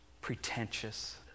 pretentious